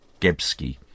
Gebski